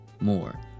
more